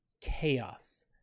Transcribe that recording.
Chaos